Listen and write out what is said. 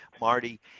Marty